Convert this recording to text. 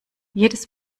jedes